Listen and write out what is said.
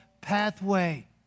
pathway